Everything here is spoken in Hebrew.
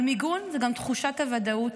אבל מיגון זה גם תחושת הוודאות